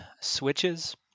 switches